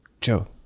joe